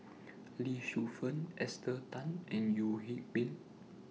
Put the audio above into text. Lee Shu Fen Esther Tan and Yeo Hwee Bin